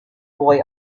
boy